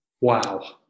wow